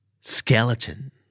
Skeleton